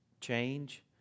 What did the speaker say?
change